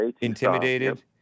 intimidated